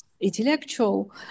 intellectual